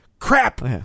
Crap